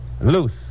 loose